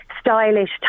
stylish